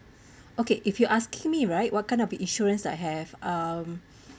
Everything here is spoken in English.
okay if you asking me right what kind of the insurance that I have um